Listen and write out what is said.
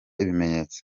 ibimenyetso